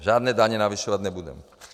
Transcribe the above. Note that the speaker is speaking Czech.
Žádné daně navyšovat nebudeme.